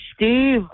steve